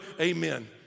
Amen